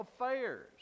affairs